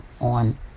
on